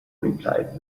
replied